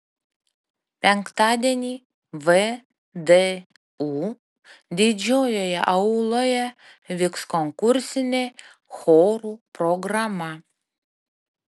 penktadienį vdu didžiojoje auloje vyks konkursinė chorų programa